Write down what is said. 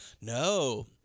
no